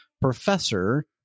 professor